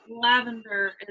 lavender